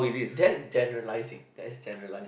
that's generalising that's generalising